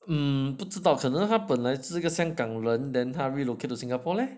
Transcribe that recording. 嗯不知道可能他本来是个香港人 then relocate to singapore leh